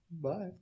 Bye